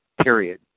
period